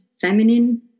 feminine